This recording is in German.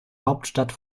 hauptstadt